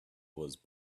was